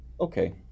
Okay